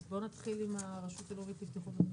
אז בוא נתחיל עם הרשות הלאומית לבטיחות בדרכים.